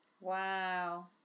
wow